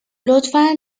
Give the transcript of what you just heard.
لطفا